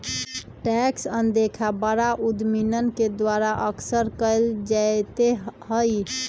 tax अनदेखा बड़ा उद्यमियन के द्वारा अक्सर कइल जयते हई